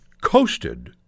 coasted